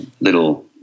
little